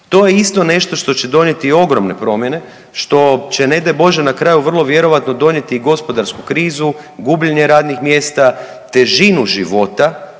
To je isto nešto što će donijeti ogromne promjene, što će, ne daj Bože, na kraju vrlo vjerojatno donijeti i gospodarsku krizu, gubljenje radnih mjesta, težinu života,